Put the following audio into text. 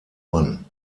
mann